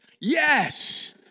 Yes